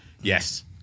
Yes